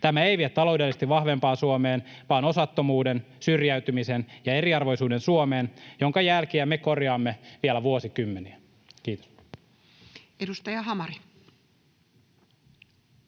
Tämä ei vie taloudellisesti vahvempaan Suomeen vaan osattomuuden, syrjäytymisen ja eriarvoisuuden Suomeen, jonka jälkiä me korjaamme vielä vuosikymmeniä. — Kiitos. [Speech 48]